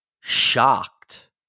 shocked